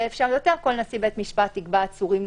"מתווה הנשיאים",